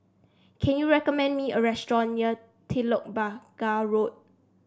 can you recommend me a restaurant near Telok Blangah Road